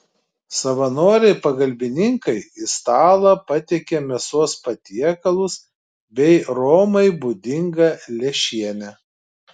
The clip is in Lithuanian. savanoriai pagalbininkai į stalą patiekia mėsos patiekalus bei romai būdingą lęšienę